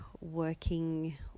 working